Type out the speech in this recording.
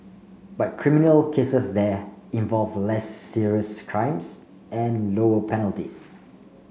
but criminal cases there involve less serious crimes and lower penalties